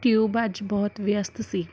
tube ਅੱਜ ਬਹੁਤ ਵਿਅਸਤ ਸੀ